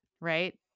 right